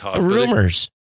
rumors